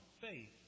faith